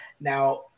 Now